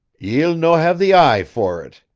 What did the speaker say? ye'll no have the eye for it,